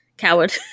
coward